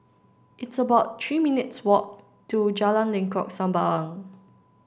it's about three minutes' walk to Jalan Lengkok Sembawang